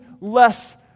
less